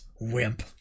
wimp